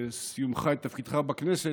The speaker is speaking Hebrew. סיומך את תפקידך בכנסת,